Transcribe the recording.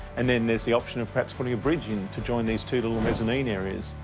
and then there's the option of perhaps putting a bridge in to join these two little mezzanine areas.